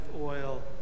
oil